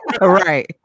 Right